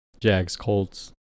Jags-Colts